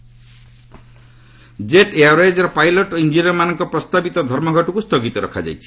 jet Airways Jet ଏୟାରଓ୍ୱେଜ୍ର pilot ଓ ଇଞ୍ଜିନିୟର୍ମାନଙ୍କ ପ୍ରସ୍ତାବିତ ଧର୍ମଘଟକୁ ସ୍ଥଗିତ ରଖାଯାଇଛି